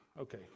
okay